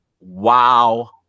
wow